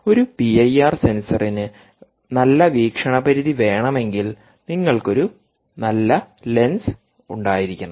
ഒരു പിഐആർ സെൻസറിന് ഒരു നല്ല വീക്ഷണപരിധി വേണമെങ്കിൽ നിങ്ങൾക്ക് ഒരു നല്ല ലെൻസ് ഉണ്ടായിരിക്കണം